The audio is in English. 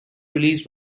release